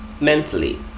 Mentally